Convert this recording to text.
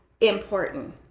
important